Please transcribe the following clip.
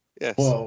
Yes